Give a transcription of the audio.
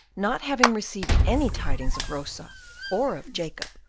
not having received any tidings of rosa or of jacob,